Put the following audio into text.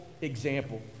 example